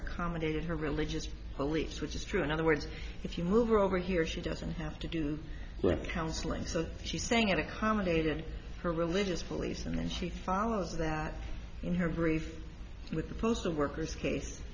accommodated her religious beliefs which is true in other words if you move over here she doesn't have to do with counseling so she's saying it accommodated her religious beliefs and she follows that in her brief with the postal workers case